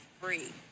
free